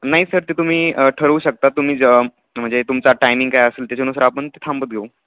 नाही सर ते तुम्ही ठरवू शकता तुम्ही जर म्हणजे तुमचा टायमिंग काय असेल त्याच्यानुसार आपण ते थांबत घेऊ